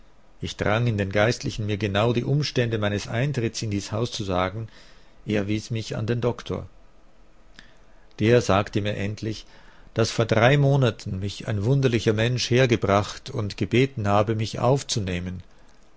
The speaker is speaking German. ich drang in den geistlichen mir genau die umstände meines eintritts in dies haus zu sagen er wies mich an den doktor der sagte mir endlich daß vor drei monaten mich ein wunderlicher mensch hergebracht und gebeten habe mich aufzunehmen